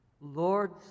Lord